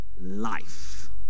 life